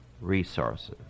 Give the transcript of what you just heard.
resources